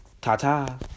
Ta-ta